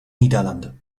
niederlande